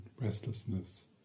restlessness